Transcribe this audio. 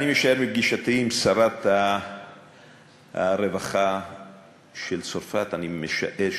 מפגישתי עם שרת הרווחה של צרפת אני משער